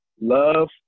Love